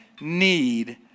need